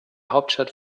hauptstadt